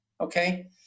Okay